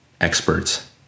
experts